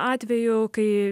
atveju kai